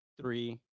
three